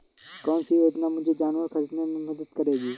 कौन सी योजना मुझे जानवर ख़रीदने में मदद करेगी?